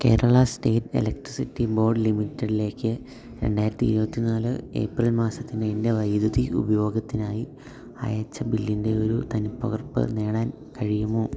Kerala state electricity board ലിമിറ്റഡിലേക്ക് രണ്ടായിരത്തി ഇരുപത്തിനാല് ഏപ്രിൽ മാസത്തിലെ എൻ്റെ വൈദ്യുതി ഉപയോഗത്തിനായി അയച്ച ബില്ലിൻ്റെയൊരു തനിപ്പകർപ്പ് നേടാൻ കഴിയുമോ